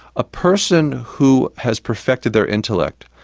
a person who has perfected their intellect,